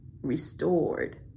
restored